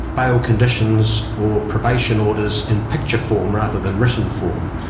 bail conditions or probation orders in picture form rather than written form.